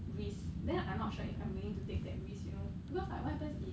risk then I'm not sure if I'm willing to take that risk you know because like what happens if